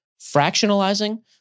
fractionalizing